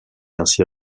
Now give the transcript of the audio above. ainsi